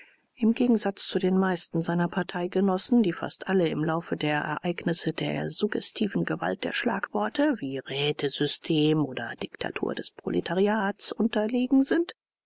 im gegensatz zu den meisten seiner parteigenossen die fast alle im laufe der ereignisse der suggestiven gewalt der schlagworte wie rätesystem oder diktatur des proletariats unterlegen sind